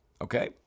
Okay